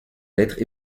lettres